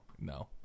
no